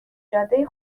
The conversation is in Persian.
جاده